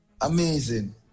Amazing